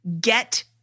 get